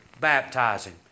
baptizing